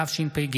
התשפ"ג